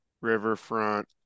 Riverfront